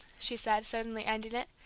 she said, suddenly ending it,